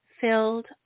filled